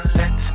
let